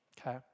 okay